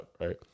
right